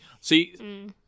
See